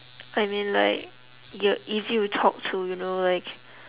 I mean like you're easy to talk to you know like